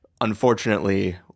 unfortunately